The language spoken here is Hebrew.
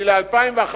וכל התשבחות האלה,